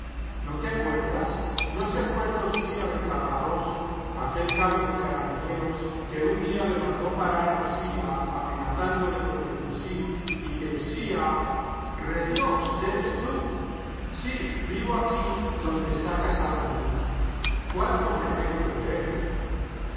no te acuerdas no se acuerda usía de caparroso aquel cabo de carabineros que un día le mandó parar a usía amenazándole con el fusil y que usía rediós eres tú sí vivo aquí donde está casado mi hijo jcuánto me alegro de verte